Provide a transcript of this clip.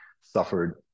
suffered